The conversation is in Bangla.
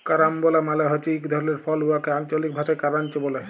কারাম্বলা মালে হছে ইক ধরলের ফল উয়াকে আল্চলিক ভাষায় কারান্চ ব্যলে